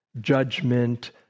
Judgment